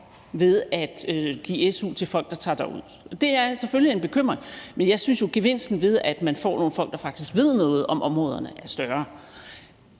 ved at give su til folk, der tager derud. Det er selvfølgelig en bekymring, men jeg synes jo, at gevinsten ved, at man får nogle folk, der faktisk ved noget om områderne, er større.